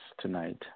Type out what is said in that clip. tonight